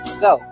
go